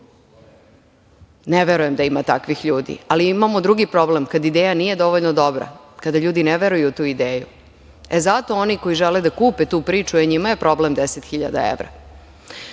Ne verujem da ima takvih ljudi, ali imamo drugi problem, kada ideja nije dovoljno dobra, kada ljudi ne veruju u tu ideju. E, zato, oni koji žele da kupe tu priču, njima je problem deset